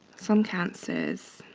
some cancers